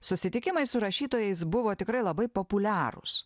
susitikimai su rašytojais buvo tikrai labai populiarūs